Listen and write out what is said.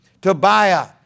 Tobiah